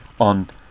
on